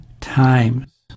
times